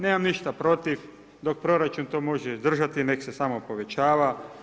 Nemam ništa protiv dok proračun to može izdržati, neka se samo povećava.